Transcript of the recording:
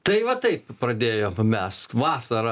tai va taip pradėjom mes vasarą